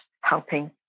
helping